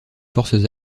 forces